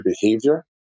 behavior